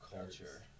culture